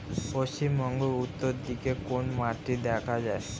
পশ্চিমবঙ্গ উত্তর দিকে কোন মাটি দেখা যায়?